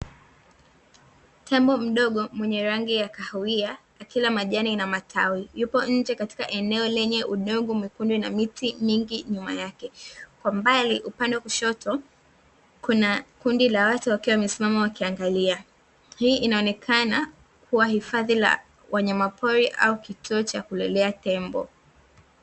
Tembo mdogo mwenye rangi ya kahawia akila majani na matawi, yupo nje katika eneo lenye udongo mwekundu na miti mingi nyuma yake, kwa mbali upande wa kushoto kuna kundi la watu wakiwa wamesimama wakiangalia. Hii inaonekana kuwa hifadhi la wanyama pori au kituo cha kulelea tembo.